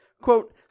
quote